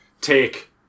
take